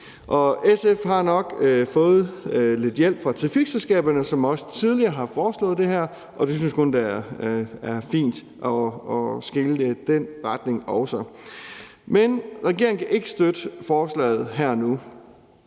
SF har nok fået lidt hjælp fra trafikselskaberne, som også tidligere har foreslået det her, og jeg synes kun, det er fint at skele i den retning også. Men regeringen kan ikke støtte forslaget her og